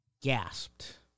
gasped